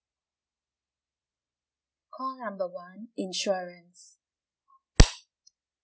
call number one insurance